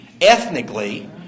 ethnically